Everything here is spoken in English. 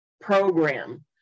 program